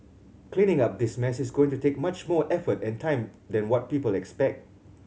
cleaning up this mess is going to take much more effort and time than what people expect